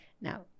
Now